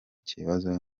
kibazo